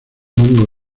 mango